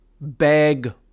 bag